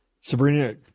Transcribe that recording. Sabrina